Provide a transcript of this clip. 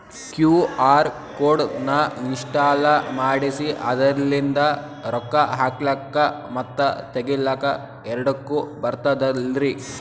QR code ನ install ಮಾಡೆಸಿ ಅದರ್ಲಿಂದ ರೊಕ್ಕ ಹಾಕ್ಲಕ್ಕ ಮತ್ತ ತಗಿಲಕ ಎರಡುಕ್ಕು ಬರ್ತದಲ್ರಿ?